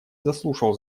заслушал